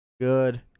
Good